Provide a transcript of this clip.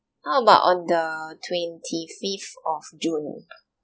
how about on the twenty-fifth of june